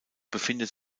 befindet